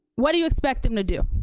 what do you expect them to do?